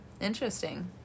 Interesting